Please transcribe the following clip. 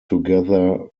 together